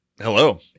Hello